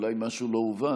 אולי משהו לא מובן.